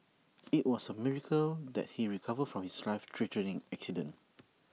IT was A miracle that he recovered from his life threatening accident